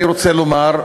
אני רוצה לומר,